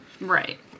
Right